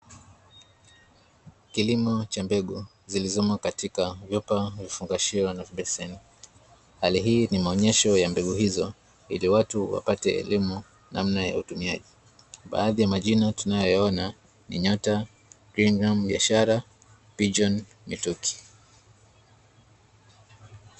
Kilimo cha megu zilizomo katika vyupa, vifungashio, na vibeseni. Hali hii ni maonesho ya mbegu hizo ili watu wapate elimu namna ya utumiaji. Baadhi ya majina tunayoona ni: nyota, "greenarm biashara", "pigeon mitoki".